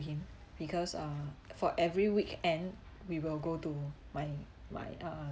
him because uh for every weekend we will go to my my ah